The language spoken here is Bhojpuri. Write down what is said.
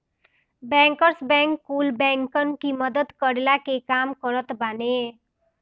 बैंकर्स बैंक कुल बैंकन की मदद करला के काम करत बाने